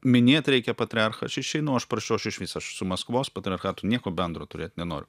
minėt reikia patriarchą aš išeinu o aš parašiau aš išvis aš su maskvos patriarchatu nieko bendro turėt nenoriu